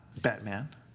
Batman